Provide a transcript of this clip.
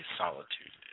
solitude